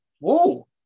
whoa